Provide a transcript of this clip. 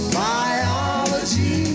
biology